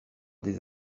des